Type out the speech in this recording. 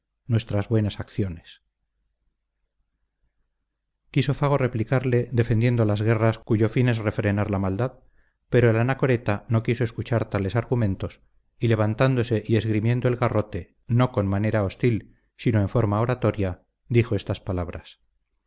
nuestras buenas acciones quiso fago replicarle defendiendo las guerras cuyo fin es refrenar la maldad pero el anacoreta no quiso escuchar tales argumentos y levantándose y esgrimiendo el garrote no con manera hostil sino en forma oratoria dijo estas palabras